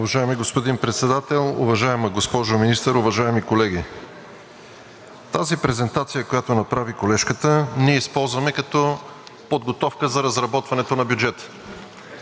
Уважаеми господин Председател, уважаема госпожо Министър, уважаеми колеги! Тази презентация, която направи колежката, ние използваме като подготовка за разработването на бюджета.